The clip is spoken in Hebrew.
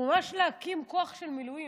הוא ממש להקים כוח של מילואים,